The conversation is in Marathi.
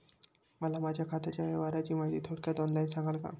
मला माझ्या खात्याच्या व्यवहाराची माहिती थोडक्यात ऑनलाईन सांगाल का?